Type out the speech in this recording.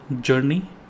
journey